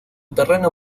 terreno